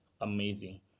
amazing